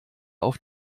auf